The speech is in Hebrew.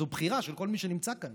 זו בחירה של כל מי שנמצא כאן